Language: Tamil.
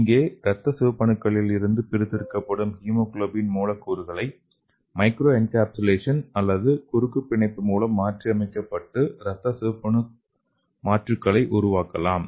இங்கே இரத்த சிவப்பணுக்களிலிருந்து பிரித்தெடுக்கப்படும் ஹீமோகுளோபின் மூலக்கூறுகளை மைக்ரோஎன் கேப்சுலேஷன் அல்லது குறுக்கு பிணைப்பு மூலம் மாற்றியமைக்கப்பட்டு இரத்த சிவப்பணு மாற்றுகளை உருவாக்கலாம்